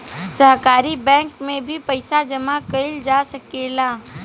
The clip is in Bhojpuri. सहकारी बैंक में भी पइसा जामा कईल जा सकेला